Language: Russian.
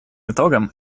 итогом